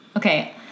Okay